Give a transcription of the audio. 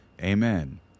Amen